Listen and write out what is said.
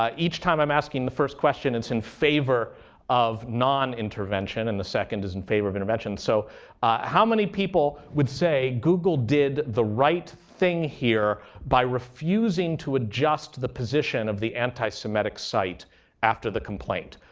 ah each time i'm asking the first question it's in favor of non intervention and the second is in favor of intervention. so how many people would say google did the right thing here by refusing to adjust the position of the anti-semitic site after the complaint?